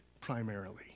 primarily